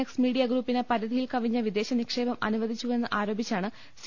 X media ഗ്രൂപ്പിന് പരിധിയിൽ കവിഞ്ഞ വിദേശ നിക്ഷേപം അനുവദിച്ചു വെന്ന് ആരോപിച്ചാണ് സി